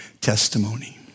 testimony